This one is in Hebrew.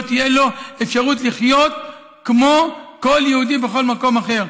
לא תהיה לו אפשרות לחיות כמו כל יהודי בכל מקום אחר.